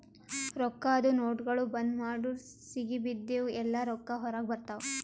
ರೊಕ್ಕಾದು ನೋಟ್ಗೊಳ್ ಬಂದ್ ಮಾಡುರ್ ಸಿಗಿಬಿದ್ದಿವ್ ಎಲ್ಲಾ ರೊಕ್ಕಾ ಹೊರಗ ಬರ್ತಾವ್